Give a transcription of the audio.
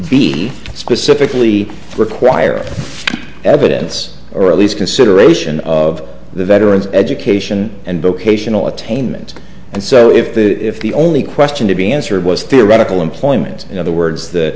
b specifically require evidence or at least consideration of the veterans education and vocational attainment and so if the if the only question to be answered was theoretical employment in other words th